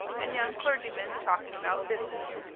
and young clergymen talking about business.